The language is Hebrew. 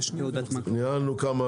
ניהלנו כמה